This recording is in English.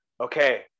okay